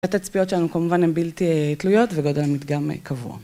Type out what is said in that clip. התצפיות שלנו כמובן הן בלתי תלויות וגודל המדגם קבוע.